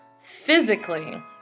physically